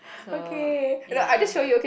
so ya